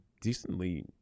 decently